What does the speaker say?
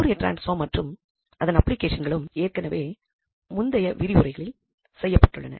Fourier transform மற்றும் அதன் அப்ளிகேஷன்களும் ஏற்கெனவே முந்தைய விரிவுரைகளில் செய்யப்பட்டுள்ளன